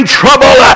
trouble